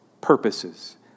purposes